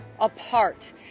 Apart